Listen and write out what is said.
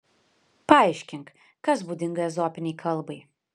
paaiškink kas būdinga ezopinei kalbai